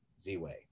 z-way